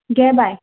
घे बाय